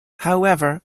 however